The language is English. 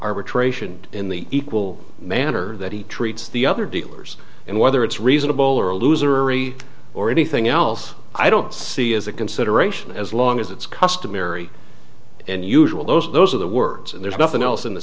arbitration in the equal manner that he treats the other dealers and whether it's reasonable or a loser or anything else i don't see is a consideration as long as it's customary and usual those those are the words and there's nothing else in the